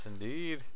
indeed